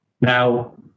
Now